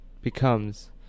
becomes